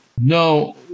No